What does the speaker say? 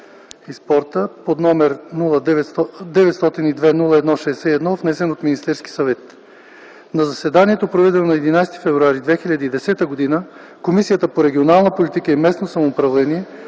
спорта № 902-01-61,внесен от Министерския съвет На заседанието, проведено на 11 февруари 2010 г. Комисията по регионална политика и местно самоуправление